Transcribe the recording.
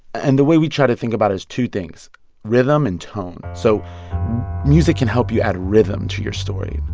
and the way we try to think about it is two things rhythm and tone so music can help you add rhythm to your story.